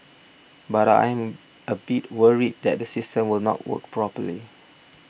but I am a bit worried that the system will not work properly